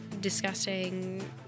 disgusting